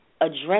address